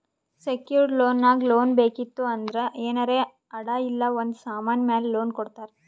secured loan ನಾಗ್ loan ಬೇಕಿತ್ತು ಅಂದ್ರ ಏನಾರೇ ಅಡಾ ಇಲ್ಲ ಒಂದ್ ಸಮಾನ್ ಮ್ಯಾಲ ಲೋನ್ ಕೊಡ್ತಾರ್